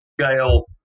scale